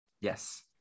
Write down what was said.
Yes